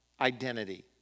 identity